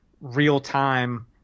real-time